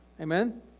Amen